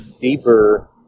deeper